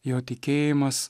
jo tikėjimas